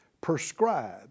prescribe